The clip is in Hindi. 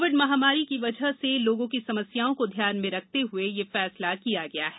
कोविड महामारी की वजह से लोगों की समस्याओं को ध्यान में रखते हुए यह फैसला किया गया है